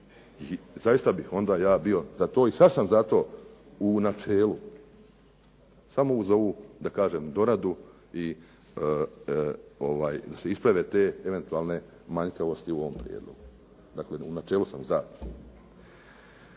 I zaista bih onda ja bio za to, i sad sam za to u načelu. Samo uz ovu da kažem doradu i da se isprave te eventualne manjkavosti u ovom prijedlogu. Dakle, u načelu sam za.